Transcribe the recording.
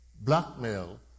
Blackmail